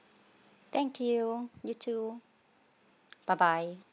thank you you too bye bye